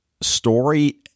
story